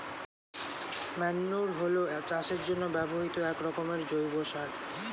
manure হলো চাষের জন্য ব্যবহৃত একরকমের জৈব সার